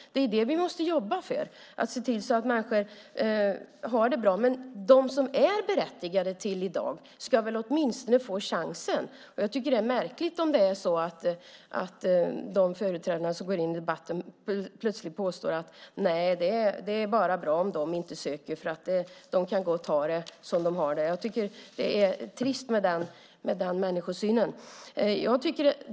Det är det vi måste jobba för. Vi måste se till att människor har det bra. De som i dag är berättigade ska väl åtminstone få chansen. Jag tycker att det är märkligt om de företrädare som går in i debatten plötsligt påstår att det bara är bra om de inte söker och de gott kan ha det som de har det. Jag tycker att det är trist med den människosynen.